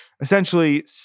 essentially